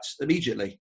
immediately